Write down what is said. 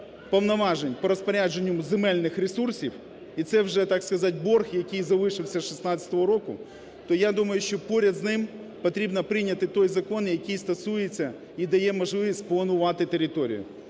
повноважень по розпорядженню земельних ресурсів, і це вже, так сказати, борг, який залишився із 16-го року, то я думаю, що поряд з ним потрібно прийняти той закон, який стосується і дає можливість планувати територію.